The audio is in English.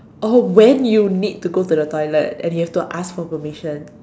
or when you need to go to the toilet and you have to ask for permission